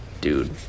Dude